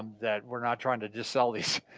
that we're not trying to just sell these.